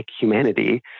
humanity